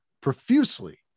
profusely